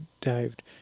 dived